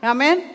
Amen